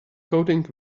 coding